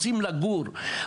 רוצים לגור,